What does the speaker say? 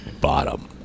bottom